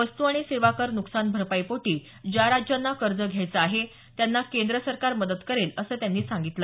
वस्त आणि सेवा कर नुकसान भरपाईपोटी ज्या राज्यांना कर्ज घ्यायचं आहे त्यांना केंद्र सरकार मदत करेल असं त्यांनी सांगितलं